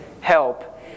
help